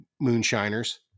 Moonshiners